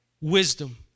Wisdom